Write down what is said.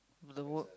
the work